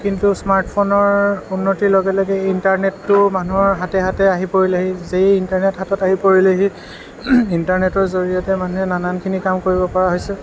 কিন্তু স্মাৰ্ট ফোনৰ উন্নতিৰ লগে লগে ইণ্টাৰনেটটোও মানুহৰ হাতে হাতে আহি পৰিলেহি যেই ইণ্টাৰনেট হাতত আহি পৰিলেহি ইণ্টাৰনেটৰ জৰিয়তে মানুহে নানানখিনি কাম কৰিব পৰা হৈছে